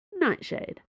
Nightshade